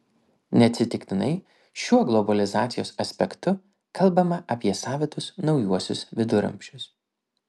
neatsitiktinai šiuo globalizacijos aspektu kalbama apie savitus naujuosius viduramžius